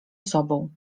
sobą